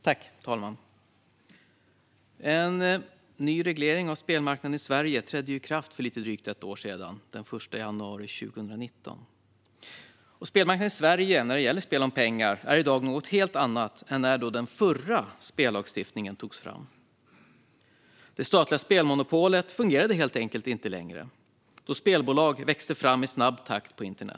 Fru talman! En ny reglering av spelmarknaden i Sverige trädde i kraft den 1 januari 2019. Spelmarknaden i Sverige när det gäller spel om pengar är i dag något helt annat än när den förra spellagstiftningen togs fram. Det statliga spelmonopolet fungerade helt enkelt inte längre då spelbolag vuxit fram i snabb takt på internet.